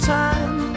time